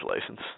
license